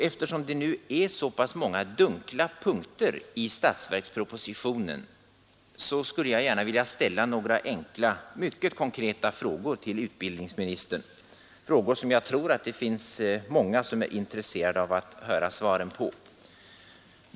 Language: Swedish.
Eftersom det är så många dunkla punkter i statsverkspropositionen skulle jag gärna vilja ställa några enkla, mycket konkreta frågor till utbildningsministern — frågor som jag tror att många är intresserade av att höra svaren på.